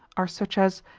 are such as,